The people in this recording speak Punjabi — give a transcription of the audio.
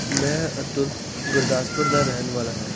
ਮੈਂ ਅਤੁਲ ਗੁਰਦਾਸਪੁਰ ਦਾ ਰਹਿਣ ਵਾਲਾ ਹਾਂ